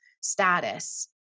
status